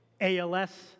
ALS